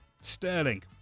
sterling